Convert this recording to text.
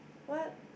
what